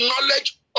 knowledge